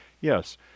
Yes